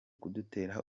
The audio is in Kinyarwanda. kudutera